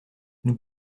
nous